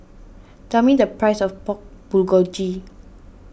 tell me the price of Pork Bulgogi